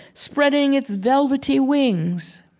spreading its velvety wings.